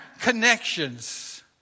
connections